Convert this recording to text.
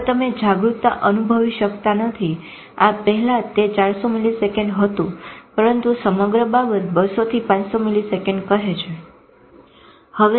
હવે તમે જાગૃતતા અનુંભવી શકતા નથી આ પહેલા તે 400 મીલીસેકંડ હતું પરંતુ સમગ્ર બાબત 200 થી 500 મિલીસેકંડ કહે છે